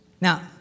Now